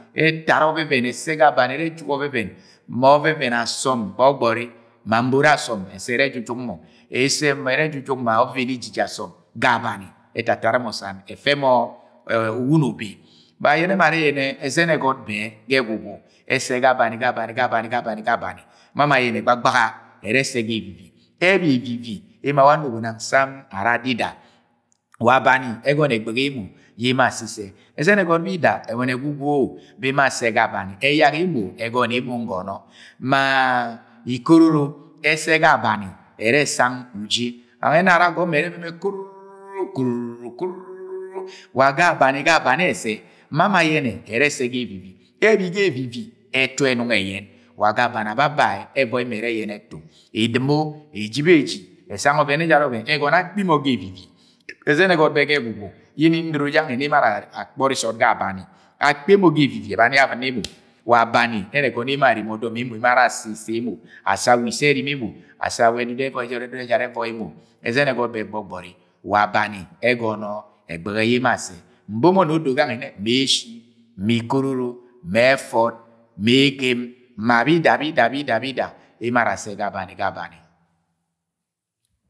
Ẹtara ọvẹvẹn ẹrẹ ga abani, ẹjuk ọvẹvẹn ma ọvẹvẹn asọm gbọgbọri, ma nboro asọm ẹsẹ ẹrẹ ejujuk mọ, ẹsẹ ẹrẹ ejujuk ma ọvẹvẹn ejiji asọmga abani ẹtabara mọ san ẹfẹ mọ’ uwuno ubi. Ma agẹnẹ mọ arẹ ẹzẹn ẹgọt bẹ ga egwugwu ẹrẹ ẹsẹ ga abani, ga abani, ga abani, ga abani, ma mọ ama ayẹnẹ ẹrẹ ẹsẹga evivi. Ẹbi evivi emo ara awa anobo nang samm, ara adaìda. Wa abani ẹgọnọ ẹgb ghẹ emoyẹ emo are assẹ issẹ. Ẹzẹn ẹgọt ẹbọni egwugwu yẹ emo ara assẹ ga abani, ẹyak emo ẹgọni emo ngọnọ. Ma ikororo ẹsẹ ga abani ẹrẹ ẹsang uji, wa nwẹ ẹna ara agọbọ mọ ẹrẹ ẹvẹmẹ kọrọrọ, kọrọrọ, kọrọrọ, wa ga abani, ga abani ẹsẹ ma mo ama ayẹnẹ ẹrẹ ẹsẹ ga evivi. Ebi ga evivi ẹtu ẹnọng ẹyẹn, wa ga abani, ababa ẹ ẹvọi mọ ẹrẹ ẹyẹnẹ ẹtu edɨmo eji beji, ẹsang ọvẹvẹn ẹjara ọvẹn. Ẹgọnọ yẹ akpi mọ ga evivi, ẹzẹn ẹgọt bẹ ga ẹgwugwu yẹ ni ndoro jẹ gangẹ yẹnẹ emo ara akpọri sọọd ga abani, akpi emo ga evivi abbani ya avɨna emo. Wa abani ẹrẹ ẹgọnọ ye emo ara areme ọdọm emo, emo are assẹ issẹ emo, assẹ awa issẹ ẹrimi emo, ẹssẹ ẹdudu ejara edudu yẹ ẹvọi emo. Ẹzẹn bẹ gbọgbọri wa abañi egọnọ ẹgbẹghe yẹ emk assẹ. Mbo mọ ni gangẹ odo nnẹ ma eshii ma kororo, ma ẹvot ma ẹgẹm ma bida bida, bida, bida emo ara assẹ ga abani, ga abani.